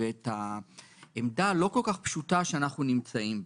ואת העמדה הלא-כל-כך פשוטה שאנחנו נמצאים בה.